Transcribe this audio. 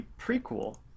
prequel